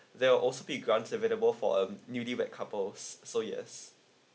there will also be grants available for a newly wed couples so yes